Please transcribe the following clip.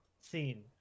scene